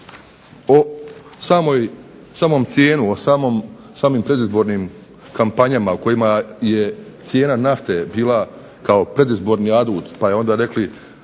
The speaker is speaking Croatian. o samom cijenu, o samim predizbornim kampanjama u kojima je cijena nafte bila kao predizborni adut, pa je onda rekli